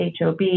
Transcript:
HOB